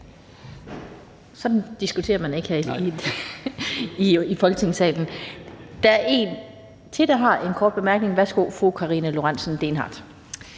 Sådan diskuterer man ikke her i Folketingssalen. (Niels Flemming Hansen (KF): Nej!). Der er en til, der har en kort bemærkning. Værsgo, fru Karina Lorentzen Dehnhardt.